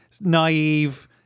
naive